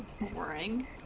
boring